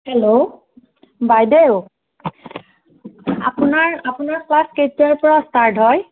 hello বাইদেউ আপোনাৰ আপোনাৰ ক্লাছ কেইটাৰ পৰা ষ্টাৰ্ট হয়